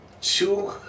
Two